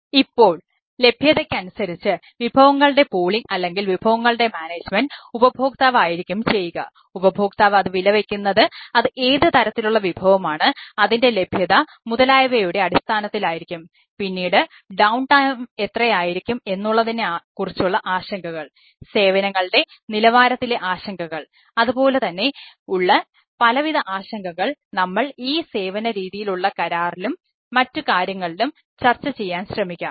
ഇപ്പോൾ ലഭ്യതയ്ക്കനുസരിച്ച് വിഭവങ്ങളുടെ പൂളിംഗ് എത്രയായിരിക്കും എന്നുള്ളതിനെ കുറിച്ചുള്ള ആശങ്കകൾ സേവനങ്ങളുടെ നിലവാരത്തിലെ ആശങ്കകൾ അതുപോലെതന്നെ ഉള്ള പലവിധ ആശങ്കകൾ നമ്മൾ ഈ സേവന രീതിയിലുള്ള കരാറിലും മറ്റു കാര്യങ്ങളിലും ചർച്ച ചെയ്യാൻ ശ്രമിക്കാം